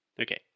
Okay